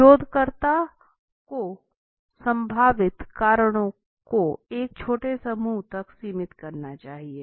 शोधकर्ता को संभावित कारणों को एक छोटे समूह तक सीमित करना चाहिए